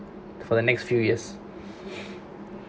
for the next few years